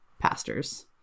pastors